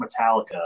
metallica